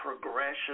progression